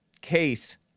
case